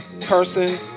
person